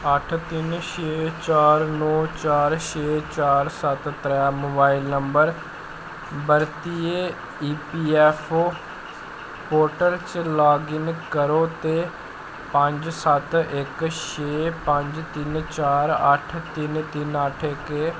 अट्ठ तिन छे चार नौ चार छे चार सत्त त्रै मोबाइल नम्बर बरतियै E P F O portal च लाग इन करो ते पंज सत्त इक इक े पंज तिन चार अट्ठ तिन तिन इ